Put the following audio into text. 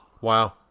Wow